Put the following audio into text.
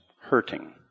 hurting